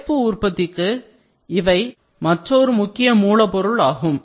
சேர்ப்பு உற்பத்திக்கு இவை மற்றொரு முக்கிய மூலப் பொருள் ஆகும்